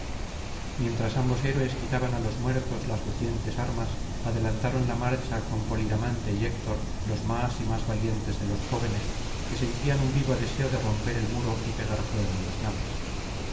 mientras ambos héroes quitaban á los muertos las lucientes armas adelantaron la marcha con polidamante y héctor los más y más valientes de los jóvenes que sentían un vivo deseo de romper el muro y pegar fuego á las naves